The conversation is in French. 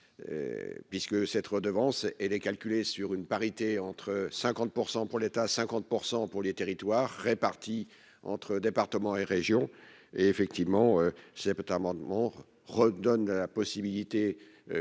puisque cette redevance et les calculé sur une parité entre 50 % pour l'État 50 % pour les territoires répartis entre départements et régions, et effectivement c'est notamment de mort redonne la possibilité,